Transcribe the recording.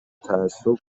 تعصب